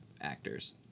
actors